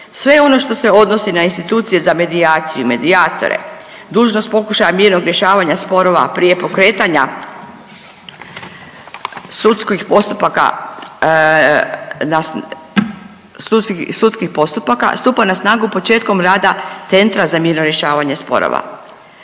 sve ono što se odnosi na institucije za medijaciju, medijatore, dužnost pokušaja mirnog rješavanja sporova prije pokretanja sudskih postupaka stupa na snagu početkom rada Centra za mirno rješavanje sporova.